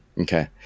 Okay